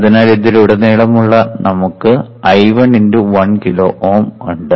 അതിനാൽ ഇതിലുടനീളം നമുക്ക് I1 × 1 കിലോ Ω ഉണ്ട്